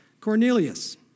Cornelius